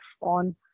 on